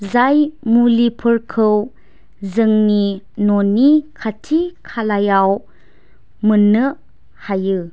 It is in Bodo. जाय मुलिफोरखौ जोंनि न'नि खाथि खालायाव मोननो हायो